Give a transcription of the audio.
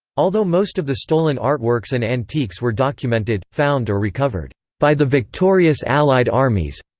although most of the stolen artworks and antiques were documented, found or recovered by the victorious allied armies.